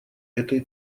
этой